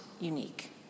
unique